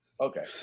Okay